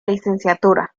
licenciatura